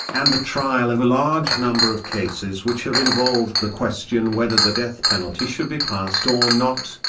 and the trial of a large number of cases which have involved the question whether the death penalty should be passed or not,